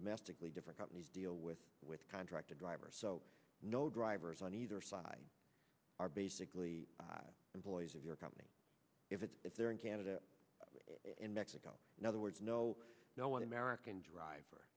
domestically different companies deal with with contract a driver so no drivers on either side are basically employees of your company if it is there in canada in mexico in other words no no one american driver